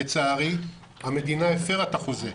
לצערי המדינה הפרה את החוזה,